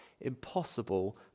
impossible